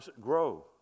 grow